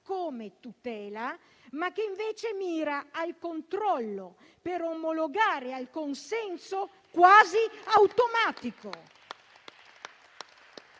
tutela, ma che invece mira al controllo per omologare e a un consenso quasi automatico.